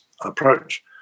approach